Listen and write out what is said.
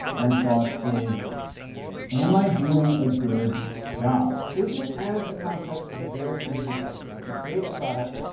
one thought is am i doing a good job? business as a concept is a very easy thing, you create a product,